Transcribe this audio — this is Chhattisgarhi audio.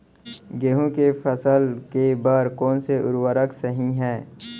गेहूँ के फसल के बर कोन से उर्वरक सही है?